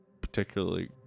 particularly